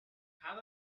had